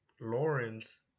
Lawrence